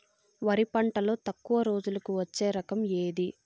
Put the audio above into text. వరి పంటలో తక్కువ రోజులకి వచ్చే రకం ఏది?